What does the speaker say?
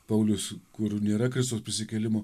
paulius kur nėra kristaus prisikėlimo